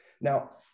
Now